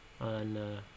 on